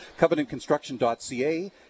Covenantconstruction.ca